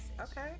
okay